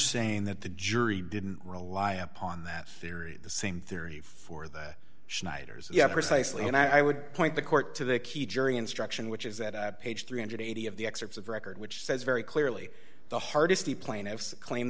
saying that the jury didn't rely upon that theory the same theory for the schneiders yeah precisely and i would point the court to the key jury instruction which is that page three hundred and eighty of the excerpts of record which says very clearly the hardesty plaintiffs claim